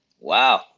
Wow